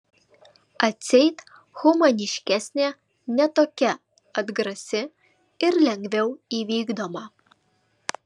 atseit humaniškesnė ne tokia atgrasi ir lengviau įvykdoma